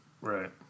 Right